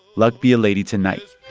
luck be a lady tonight